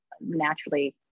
naturally